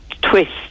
twist